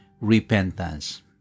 repentance